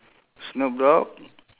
snoop dogg